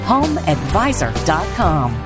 HomeAdvisor.com